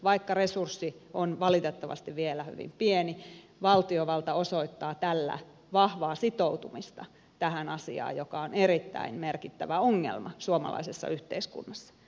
vaikka resurssi on valitettavasti vielä hyvin pieni valtiovalta osoittaa tällä vahvaa sitoutumista tähän asiaan joka on erittäin merkittävä ongelma suomalaisessa yhteiskunnassa